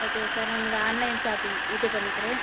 okay sir நான் இது online shopping இது பண்ணிக்கிறேன்